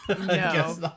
No